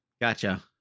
gotcha